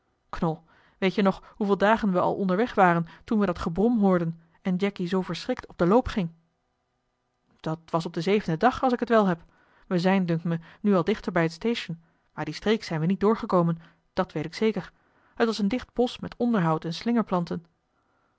knol weet jij nog hoeveel dagen we al onderweg waren toen we dat gebrom hoorden en jacky zoo verschrikt op den loop ging dat was op den zevenden dag als ik het wel heb we zijn dunkt me nu al dichter bij het station maar die streek zijn we niet door gekomen dat weet ik zeker t was een dicht bosch met onderhout en